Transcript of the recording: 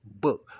book